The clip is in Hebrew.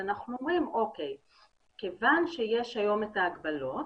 אנחנו אומרים שכיוון שיש היום את ההגבלות,